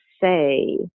say